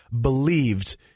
believed